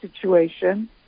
situation